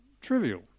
trivial